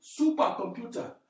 supercomputer